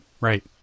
right